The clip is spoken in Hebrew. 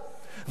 והדבר הזה,